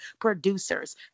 producers